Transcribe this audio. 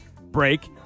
break